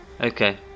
okay